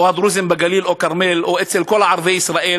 או הדרוזים בגליל או בכרמל, או אצל כל ערביי ישראל